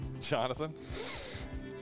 Jonathan